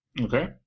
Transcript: Okay